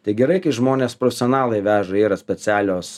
tai gerai kai žmonės profesionalai veža yra specialios